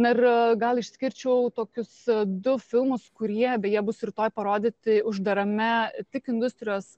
na ir gal išskirčiau tokius du filmus kurie beje bus rytoj parodyti uždarame tik industrijos